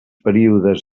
períodes